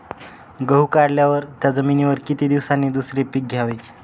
गहू काढल्यावर त्या जमिनीवर किती दिवसांनी दुसरे पीक घ्यावे?